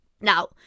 Now